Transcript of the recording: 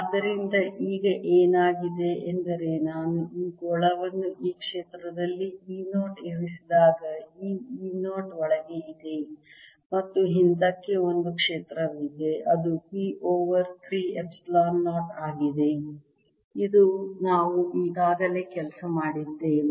ಆದ್ದರಿಂದ ಈಗ ಏನಾಗಿದೆ ಎಂದರೆ ನಾನು ಈ ಗೋಳವನ್ನು ಈ ಕ್ಷೇತ್ರದಲ್ಲಿ E 0 ಇರಿಸಿದಾಗ ಈ E 0 ಒಳಗೆ ಇದೆ ಮತ್ತು ಹಿಂದಕ್ಕೆ ಒಂದು ಕ್ಷೇತ್ರವಿದೆ ಅದು P ಓವರ್ 3 ಎಪ್ಸಿಲಾನ್ 0 ಆಗಿದೆ ಇದು ನಾವು ಈಗಾಗಲೇ ಕೆಲಸ ಮಾಡಿದ್ದೇವೆ